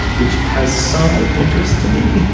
which has some interest to me.